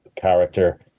character